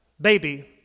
baby